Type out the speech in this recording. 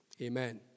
Amen